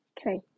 Okay